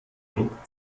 druck